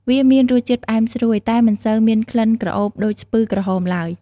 វាមានរសជាតិផ្អែមស្រួយ តែមិនសូវមានក្លិនក្រអូបដូចស្ពឺក្រហមឡើយ។